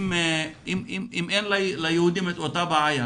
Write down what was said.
אם אין ליהודים את אותה בעיה